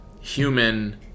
human